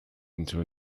into